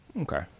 Okay